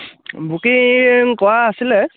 booking কৰা আছিলে